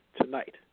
tonight